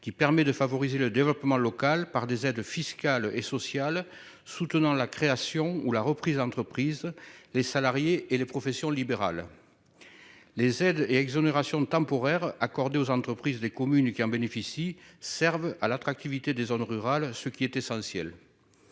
qui permet de favoriser le développement local par des aides fiscales et sociales soutenant la création ou la reprise d'entreprise, les salariés et les professions libérales. Les aides et exonérations temporaires accordées aux entreprises des communes qui en bénéficient servent à l'attractivité des zones rurales, ce qui est essentiel.